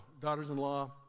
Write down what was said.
daughters-in-law